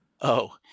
Oh